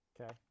Okay